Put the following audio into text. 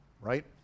Right